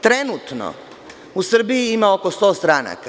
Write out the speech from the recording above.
Trenutno, u Srbiji ima oko 100 stranaka.